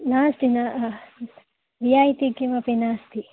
नास्ति न रियायिति किमपि नास्ति